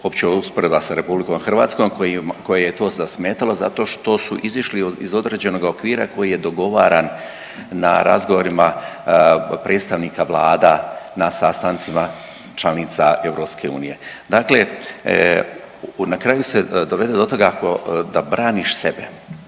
uopće usporedba sa Republikom Hrvatskom kojoj je to zasmetalo zato što su izišli iz određenoga okvira koji je dogovaran na razgovorima predstavnika Vlada, na sastancima članica EU. Dakle, na kraju se dovede do toga da braniš sebe,